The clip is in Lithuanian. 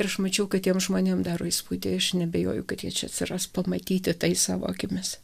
ir aš mačiau kad tiem žmonėms daro įspūdį aš neabejoju kad jie čia atsiras pamatyti tai savo akimis